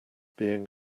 being